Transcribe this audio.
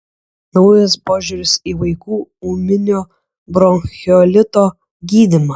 naujas požiūris į vaikų ūminio bronchiolito gydymą